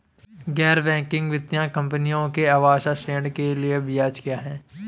गैर बैंकिंग वित्तीय कंपनियों में आवास ऋण के लिए ब्याज क्या है?